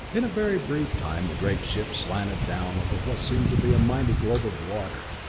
in a very brief time the great ships slanted down over what seemed to be a mighty globe of water.